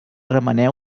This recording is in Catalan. remeneu